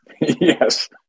Yes